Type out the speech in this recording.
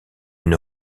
une